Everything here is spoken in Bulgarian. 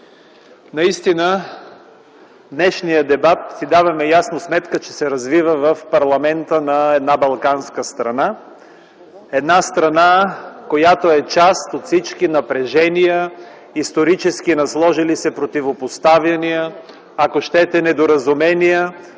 си ясна сметка, че днешният дебат се развива в парламента на една балканска страна - страна, която е част от всички напрежения, исторически насложили се противопоставяния, ако щете, недоразумения,